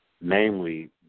namely